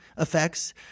Effects